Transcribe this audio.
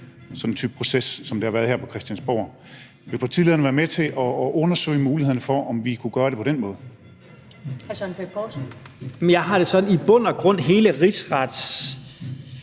sådan en type proces, som det har været her på Christiansborg. Vil partilederen være med til at undersøge muligheden for, om vi kunne gøre det på den måde? Kl. 15:33 Første næstformand (Karen